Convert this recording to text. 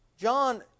John